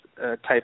type